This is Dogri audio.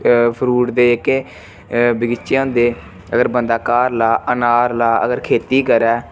फ्रूट दे जेह्के बगीचे होंदे अगर बंदा घर ला अनार ला अगर खेती करै